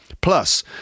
Plus